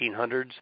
1800s